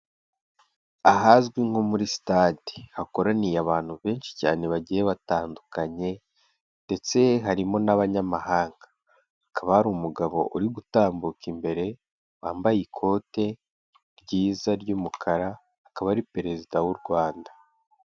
Ahazwi nko muri sitade, hakoraniye abantu benshi cyane bagiye batandukanye ndetse harimo n'abanyamahanga. Hakaba hari umugabo uri gutambuka imbere wambaye ikote ryiza ry'umukara, akaba ari Perezida w'u Rwanda.